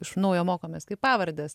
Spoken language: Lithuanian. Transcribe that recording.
iš naujo mokomės kaip pavardes